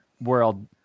world